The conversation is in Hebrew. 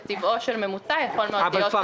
אבל זה יכול להיות גם מוקדם יותר.